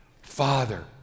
Father